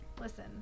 Listen